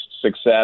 success